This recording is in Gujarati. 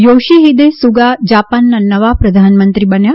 યોશિહિદે સુગા જાપાનના નવા પ્રધાનમંત્રી બન્યા